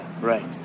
right